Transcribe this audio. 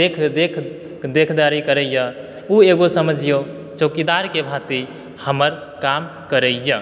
देख देख देखदारी करैए ऊ एगो समझियौ चौकीदारके भाँति हमर काम करैए